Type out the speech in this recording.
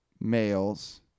males